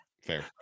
Fair